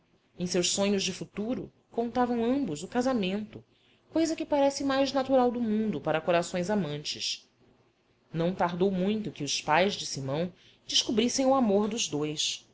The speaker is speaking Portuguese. em seus sonhos de futuro contavam ambos o casamento coisa que parece mais natural do mundo para corações amantes não tardou muito que os pais de simão descobrissem o amor dos dois